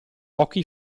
occhi